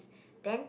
then